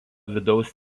vidaus